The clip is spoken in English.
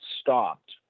stopped